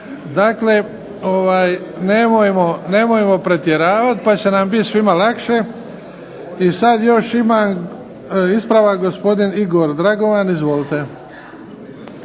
Dakle, nemojmo pretjeravati pa će nam svima biti lakše. I ispravak gospodin Igor Dragovan. Izvolite.